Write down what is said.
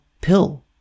pill